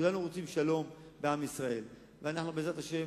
כולנו רוצים שלום בעם ישראל, ואנחנו, בעזרת השם,